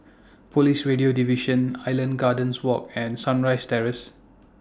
Police Radio Division Island Gardens Walk and Sunrise Terrace